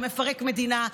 שמפרק מדינה,